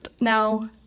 now